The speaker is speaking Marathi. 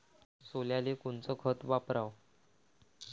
सोल्याले कोनचं खत वापराव?